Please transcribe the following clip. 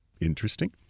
Interesting